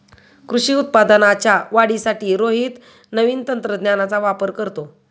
कृषी उत्पादनाच्या वाढीसाठी रोहित नवीन तंत्रज्ञानाचा वापर करतो